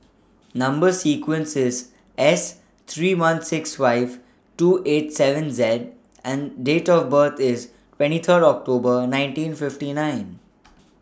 Number sequence IS S three one six five two eight seven Z and Date of birth IS twenty Third October nineteen fifty nine